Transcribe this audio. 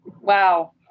Wow